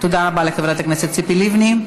תודה רבה לחברת הכנסת ציפי לבני.